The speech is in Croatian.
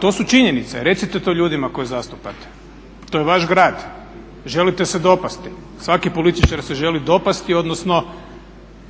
To su činjenice, recite to ljudima koje zastupate. To je vaš grad, želite se dopasti. Svaki političar se želi dopasti odnosno